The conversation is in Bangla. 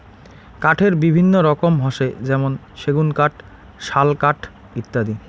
কাঠের বিভিন্ন রকম হসে যেমন সেগুন কাঠ, শাল কাঠ ইত্যাদি